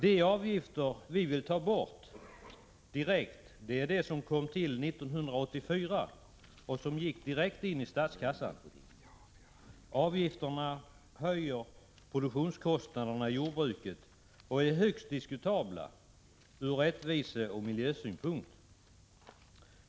De avgifter vi vill ta bort omedelbart är de som kom till 1984 och som gick direkt in till statskassan. Avgifterna höjer produktionskostnaderna i jordbruket och är högst diskutabla ur rättviseoch miljösynpunkt.